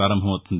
ప్రపారంభమవుతుంది